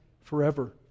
forever